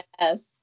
Yes